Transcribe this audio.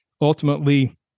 ultimately